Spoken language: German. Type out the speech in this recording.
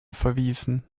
verwiesen